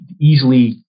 easily